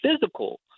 physical